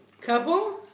couple